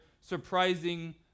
surprising